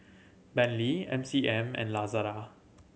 Bentley M C M and Lazada